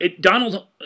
Donald